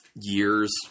years